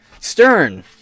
Stern